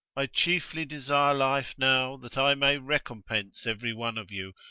i chiefly desire life now, that i may recompense every one of you.